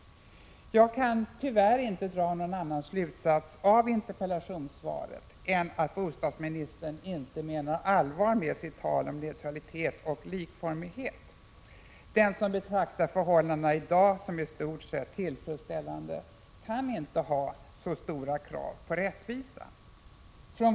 Jag kan tyvärr inte dra någon annan slutsats av interpellationssvaret än den att bostadsministern inte menar allvar med sitt tal om neutralitet och likformighet. Den som betraktar förhållandena i dag som i stort sett tillfredsställande kan inte ha särskilt stora krav på rättvisa.